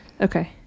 Okay